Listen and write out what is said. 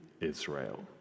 Israel